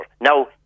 Now